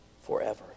forever